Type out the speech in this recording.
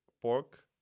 pork